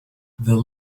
the